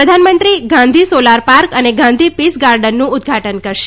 પ્રધાનમંત્રી Gandhi solar park અને Gandhi peace ગાર્ડનનું ઉદ્દ્ઘાટન કરશે